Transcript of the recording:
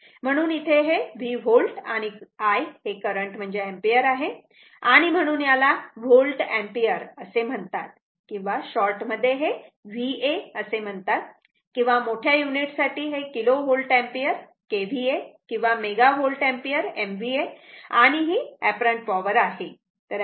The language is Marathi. म्हणून इथे हे V व्होल्ट आहे आणि I हे करंट म्हणजे एम्पिअर आहे आणि म्हणून याला व्होल्ट एम्पिअर असे म्हणतात किंवा शॉर्ट मध्ये हे VA असे म्हणतात किंवा मोठ्या युनिट साठी हे किलो व्होल्ट एम्पिअर KVA किंवा मेगा व्होल्ट एम्पिअर MVA आणि ही एपरन्ट पॉवर आहे